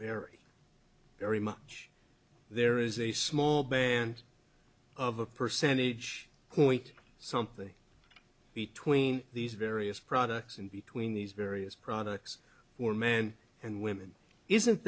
very very much there is a small band of a percentage who ate something between these various products in between these various products for men and women isn't